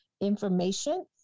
information